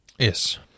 Yes